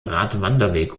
radwanderweg